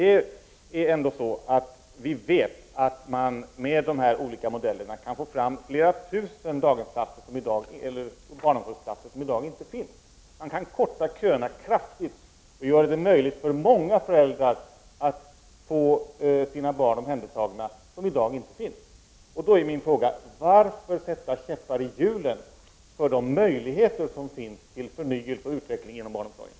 Vi vet ändå att man med de här olika modellerna kan få fram flera tusen barnomsorgsplatser som i dag inte finns. Man kan korta köerna kraftigt och göra det möjligt för många föräldrar som i dag inte har någon barnomsorgsplats att få sina barn omhändertagna. Då är min fråga: Varför sätta käppar i hjulen för de möjligheter som finns till förnyelse och utveckling inom barnomsorgen?